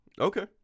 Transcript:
Okay